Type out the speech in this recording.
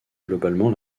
globalement